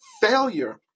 failure